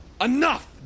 Enough